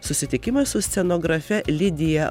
susitikimas su scenografe lidija